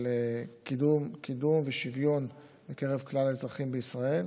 קידום ושוויון בקרב כלל האזרחים בישראל.